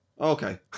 okay